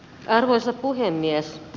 arvoisa puhemies